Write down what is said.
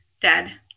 dead